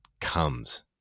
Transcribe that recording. comes